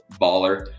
Baller